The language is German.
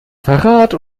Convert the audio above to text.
verrat